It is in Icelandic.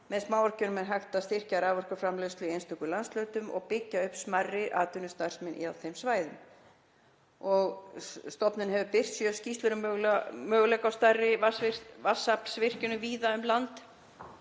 Með smávirkjunum er hægt að styrkja raforkuframleiðslu í einstökum landshlutum og byggja upp smærri atvinnustarfsemi á þeim svæðum. Stofnunin birti sjö skýrslur um möguleika á smærri vatnsaflsvirkjunum víða um land.